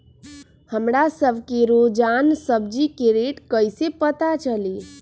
हमरा सब के रोजान सब्जी के रेट कईसे पता चली?